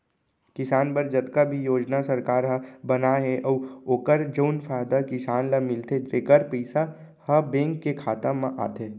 किसान बर जतका भी योजना सरकार ह बनाए हे अउ ओकर जउन फायदा किसान ल मिलथे तेकर पइसा ह बेंक के खाता म आथे